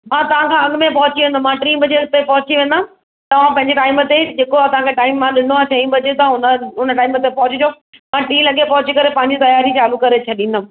मां तव्हांखां अॻु में पहुची वेंदमि मां टी बजे हुते पहुची वेंदमि मां टी बजे हुते पहुची वेंदमि तव्हां पंहिंजे टाइम ते जेको आहे तव्हांखे टाइम मां ॾिनो आहे चईं बजे तव्हां हुन हुन टाइम ते पहुचिजो मां टीं लॻे पहुची करे पंहिंजी तियारी चालू करे छ्ॾींदमि